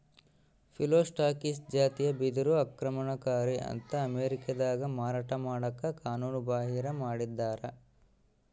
Phyllostachys ಜಾತಿಯ ಬಿದಿರು ಆಕ್ರಮಣಕಾರಿ ಅಂತ ಅಮೇರಿಕಾದಾಗ ಮಾರಾಟ ಮಾಡಕ ಕಾನೂನುಬಾಹಿರ ಮಾಡಿದ್ದಾರ